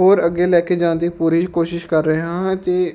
ਹੋਰ ਅੱਗੇ ਲੈ ਕੇ ਜਾਣ ਦੀ ਪੂਰੀ ਕੋਸ਼ਿਸ਼ ਕਰ ਰਿਹਾ ਹਾਂ ਅਤੇ